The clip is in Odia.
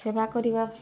ସେବା କରିବା